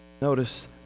Notice